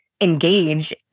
engage